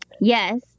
yes